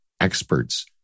experts